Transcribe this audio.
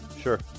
Sure